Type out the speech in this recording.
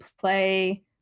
play